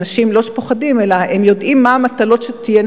אנשים לא פוחדים אלא הם יודעים מהן המטלות שתהיינה